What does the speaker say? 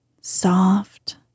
soft